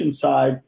side